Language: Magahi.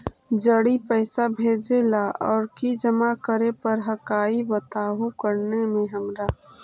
जड़ी पैसा भेजे ला और की जमा करे पर हक्काई बताहु करने हमारा?